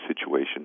situation